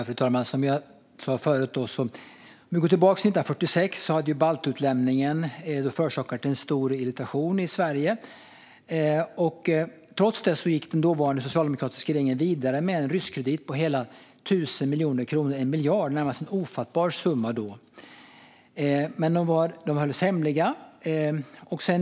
Fru talman! Jag går tillbaka till 1946, då baltutlämningen hade förorsakat en stor irritation i Sverige. Trots det gick den dåvarande socialdemokratiska regeringen vidare med en rysk kredit på hela 1 000 miljoner kronor, 1 miljard, en då närmast ofattbar summa. Men det hölls hemligt.